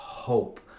hope